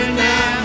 now